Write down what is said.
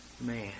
man